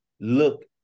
look